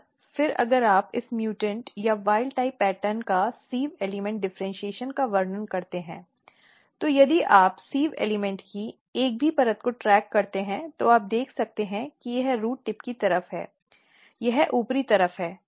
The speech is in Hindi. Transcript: और फिर अगर आप इस म्यूटेंट या वाइल्ड टाइप पैटर्न का सिव़ एलिमेंट डिफ़र्इन्शीएशन का वर्णन करते हैं तो यदि आप सिव़ एलिमेंट की एक भी परत को ट्रैक करते हैं तो आप देख सकते हैं कि यह रूट टिप की तरफ है यह ऊपरी तरफ है